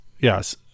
Yes